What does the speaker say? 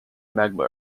magma